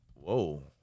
Whoa